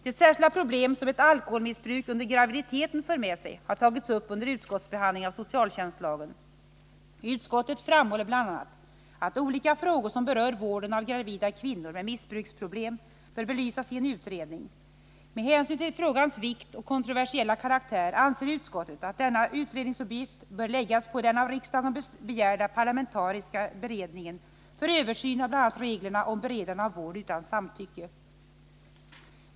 De särskilda problem som ett alkoholmissbruk under graviditeten för med sig har tagits upp under utskottsbehandlingen av socialtjänstlagen. Utskottet framhåller bl.a. att olika frågor som berör vården av gravida kvinnor med missbruksproblem bör belysas i en utredning. Med hänsyn till frågans vikt och kontroversiella karaktär anser utskottet att denna utredningsuppgift bör läggas på den av riksdagen begärda parlamentariska beredningen för översyn av bl.a. reglerna om beredande av vård utan samtycke.